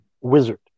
wizard